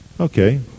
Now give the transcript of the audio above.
Okay